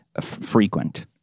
frequent